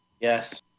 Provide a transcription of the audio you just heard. Yes